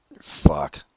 Fuck